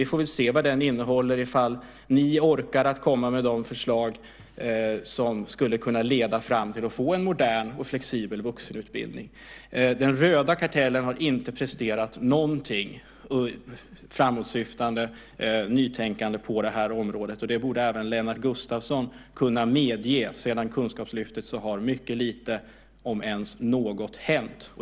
Vi får se vad den innehåller och om ni orkar komma med förslag som skulle kunna leda fram till en modern och flexibel vuxenutbildning. Den röda kartellen har inte presterat något framåtsyftande nytänkande på det här området. Det borde även Lennart Gustavsson kunna medge. Sedan Kunskapslyftet har mycket lite, om ens något, hänt.